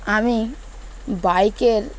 আমি বাইকের